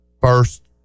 first